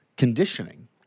conditioning